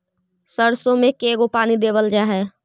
सरसों में के गो पानी देबल जा है?